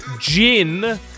Gin